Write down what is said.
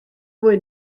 fwy